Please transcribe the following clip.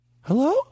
Hello